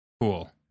cool